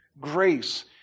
Grace